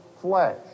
flesh